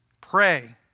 Pray